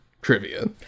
trivia